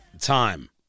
time